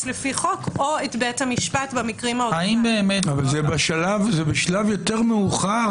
הסוציאלי לפי חוק או את בית המשפט במקרים --- זה בשלב יותר מאוחר.